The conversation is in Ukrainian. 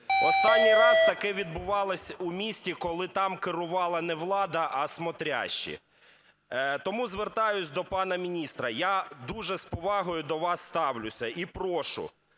Останній раз таке відбувалося у місті, коли там керувала не влада, а "смотрящие". Тому звертаюся до пана міністра, я дуже з повагою до вас ставлюся, і прошу